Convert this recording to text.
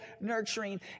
nurturing